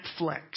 Netflix